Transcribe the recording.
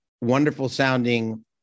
wonderful-sounding